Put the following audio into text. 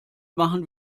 machen